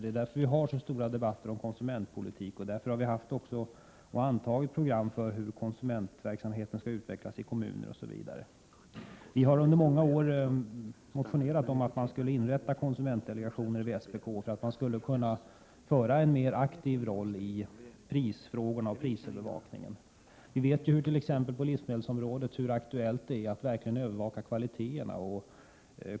Det är därför vi har så stora debatter om konsumentpolitik, och därför har vi också antagit program om hur konsumentverksamheten skall utvecklas i kommuner osv. Vi har under många år motionerat om att inrätta konsumentdelegationer vid SPK för att de skall kunna spela en mer aktiv roll i prisfrågor och prisövervakning. Vi vet hur aktuellt det är på t.ex. livsmedelsområdet att verkligen övervaka kvaliteterna.